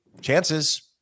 Chances